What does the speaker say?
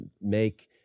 make